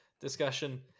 discussion